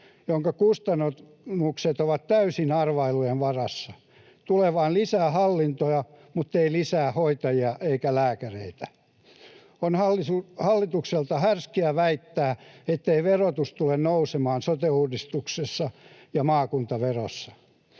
jonka kustannukset ovat täysin arvailujen varassa. Tulee vain lisää hallintoa, muttei lisää hoitajia eikä lääkäreitä. On hallitukselta härskiä väittää, ettei verotus tule nousemaan sote-uudistuksessa ja maakuntaverossa.